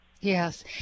yes